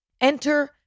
Enter